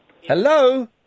Hello